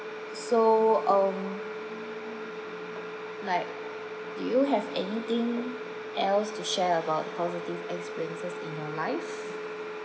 so um like do you have anything else to share about positive experiences in your life